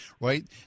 right